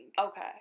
Okay